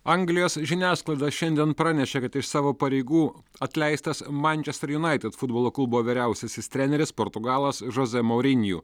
anglijos žiniasklaida šiandien pranešė kad iš savo pareigų atleistas mančester junaitid futbolo klubo vyriausiasis treneris portugalas žozė maurinju